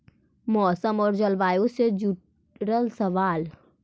मौसम और जलवायु से जुड़ल सवाल?